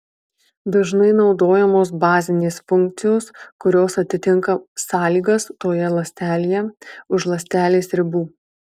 dažnai naudojamos bazinės funkcijos kurios atitinka sąlygas toje ląstelėje už ląstelės ribų